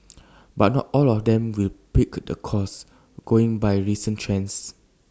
but not all of them will pick the course going by recent trends